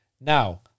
Now